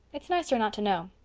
it's nicer not to know.